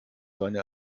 seine